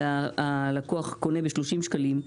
הלקוח קונה ב-30 שקלים,